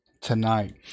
tonight